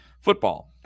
football